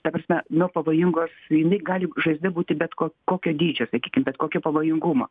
ta prasme nuo pavojingos jinai gali žaizda būti bet ko kokio dydžio sakykim bet kokio pavojingumo